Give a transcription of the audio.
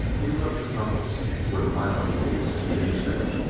he rubbed his knuckles where the violet waves had tinged them,